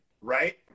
right